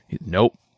nope